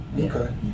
Okay